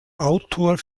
autor